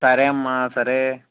సరే అమ్మా సరే